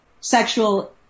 sexual